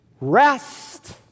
Rest